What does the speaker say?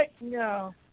no